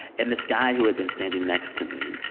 and this guy, who had been standing next to me,